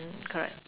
mm correct